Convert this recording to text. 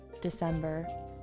december